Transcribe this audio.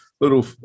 little